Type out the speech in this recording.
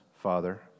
Father